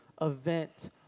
event